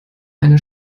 eine